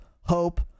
hope